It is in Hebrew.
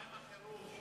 מה עם החירות?